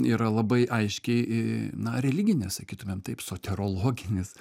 yra labai aiškiai na religinis sakytumėm taip soterologinis